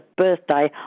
birthday